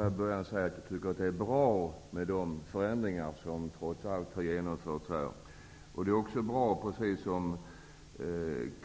Herr talman! Jag vill börja med att säga att jag tycker att de förändringar som trots allt har genomförts är bra. Det är också bra, precis som